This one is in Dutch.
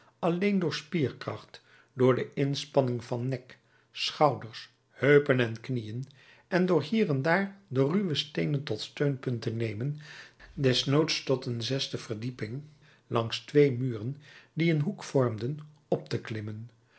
alleen door spierkracht door de inspanning van nek schouders heupen en knieën en door hier en daar de ruwe steenen tot steunpunt te nemen desnoods tot een zesde verdieping langs twee muren die een hoek vormden op te klimmen